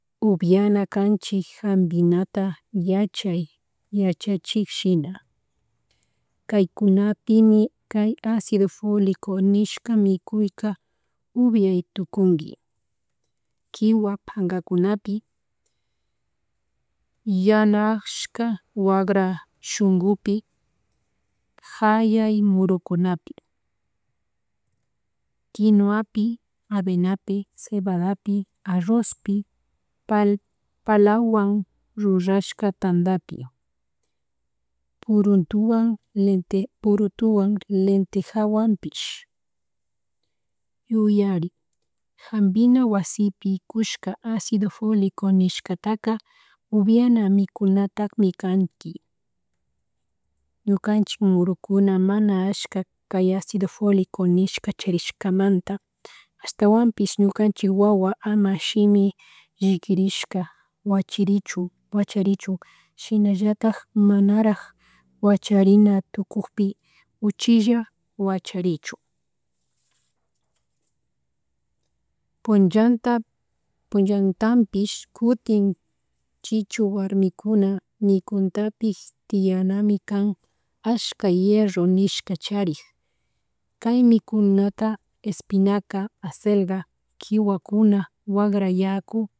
Upiana canchik jampinata yachay yachachikshina kaykunapimi kay acido folico nishka mikuyka ubiay tukunki kiwa pankakunapi, yanashka wagra shunkupi jayay, murukunapi quinuapi, avenapi, cebadapi, arrozpi, pal palawan rrurashka tantapi, puruntwan, purutuwan, lentejawanpish. Yuyari, jampina wasipi kushka acido folico nishkataka upiana mikunatatak mikanki ñukanchik ñukanchik murukuna mana ashka kay acido folico nishka charishkamanta ashtawanpish ñukanchik wawa ama shimii llikirishka wachiruchun wacharichun shinallatak manarak wacharina tukukpi uchilla wacharichun. Punllanta punllantapish kutin chichuwarmikuna nikuntatik tianami kan ashka hierro nishka charik kay mikunaka espinaca, acelga, kiwakuna wagra yaku.